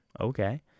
Okay